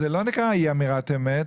אז זה לא נקרא אי אמירת אמת.